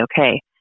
okay